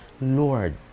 Lord